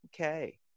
Okay